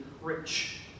rich